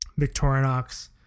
Victorinox